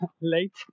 late